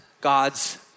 God's